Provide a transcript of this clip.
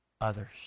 Others